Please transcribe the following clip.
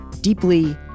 deeply